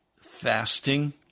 Fasting